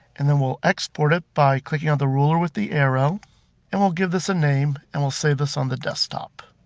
and then we'll export it by clicking on the ruler with the arrow and we'll give this a name and we'll save this on the desktop.